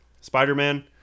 Spider-Man